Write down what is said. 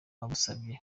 agusabye